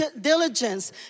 diligence